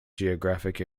geographic